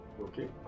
Okay